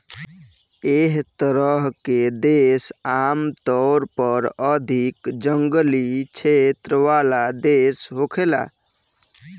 एह तरह के देश आमतौर पर अधिक जंगली क्षेत्र वाला देश होखेला